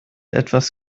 etwas